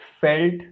felt